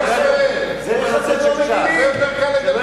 המפלגה הספרדית הגדולה.